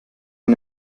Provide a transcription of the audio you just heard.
man